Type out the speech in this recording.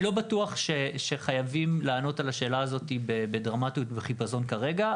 אני לא בטוח שחייבים לענות על השאלה הזאת בדרמטיות וחיפזון כרגע.